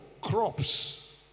crops